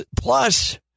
Plus